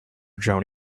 drone